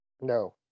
no